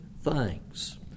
thanks